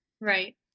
Right